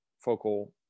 focal